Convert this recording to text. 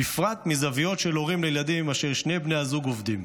בפרט מהזווית של הורים לילדים כאשר שני בני הזוג עובדים.